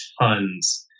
tons